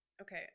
Okay